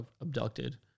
abducted